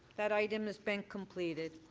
that item has been completed.